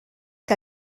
que